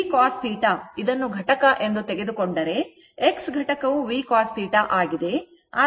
v cos θ ಇದನ್ನು ಘಟಕ ಎಂದು ತೆಗೆದುಕೊಂಡರೆ x ಘಟಕವು v cos θ ಆಗಿದೆ